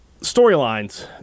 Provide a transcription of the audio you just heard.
Storylines